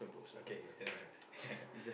okay never mind never mind